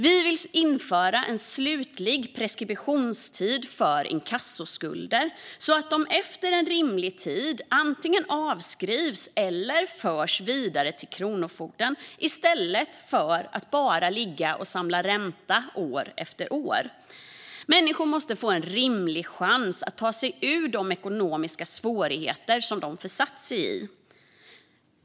Vi vill införa en slutlig preskriptionstid för inkassoskulder så att de efter en rimlig tid antingen avskrivs eller förs vidare till Kronofogden i stället för att bara ligga och samla ränta år efter år. Människor måste få en rimlig chans att ta sig ur de ekonomiska svårigheter de försatt sig i.